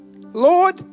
Lord